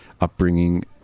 upbringing